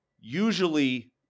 usually